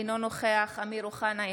אינו נוכח אמיר אוחנה,